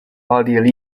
奥地利